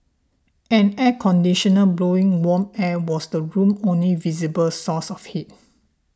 an air conditioner blowing warm air was the room's only visible source of heat